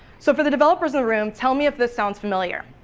so for the developers in the room, tell me if this ah is familiar,